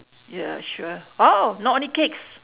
ya sure !wow! not only cakes